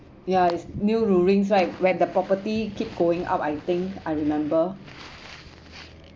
ya it's new rulings right where the property keep going up I think I remember